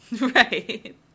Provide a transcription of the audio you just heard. Right